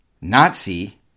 Nazi